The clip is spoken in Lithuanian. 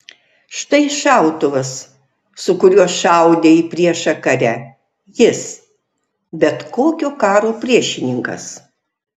štai šautuvas su kuriuo šaudė į priešą kare jis bet kokio karo priešininkas